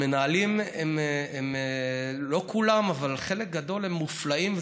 המנהלים, לא כולם, אבל חלק גדול, הם מופלאים.